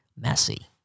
messy